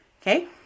okay